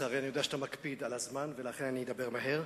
לצערי אני יודע שאתה מקפיד על הזמן ולכן אדבר מהר.